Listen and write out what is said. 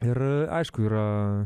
ir aišku yra